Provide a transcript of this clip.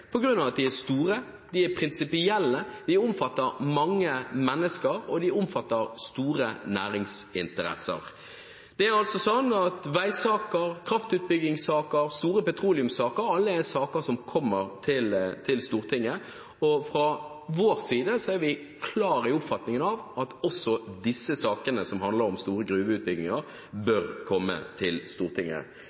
at de er store, de er prinsipielle, de omfatter mange mennesker, og de omfatter store næringsinteresser. Det er altså slik at veisaker, kraftutbyggingssaker, store petroleumssaker, alle er saker som kommer til Stortinget, og fra vår side er vi klar i oppfatningen av at også disse sakene, som handler om store gruveutbygginger, bør komme til Stortinget.